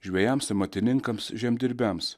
žvejams amatininkams žemdirbiams